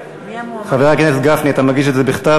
חבר הכנסת גפני, אתה מגיש את זה בכתב?